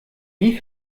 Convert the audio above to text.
wie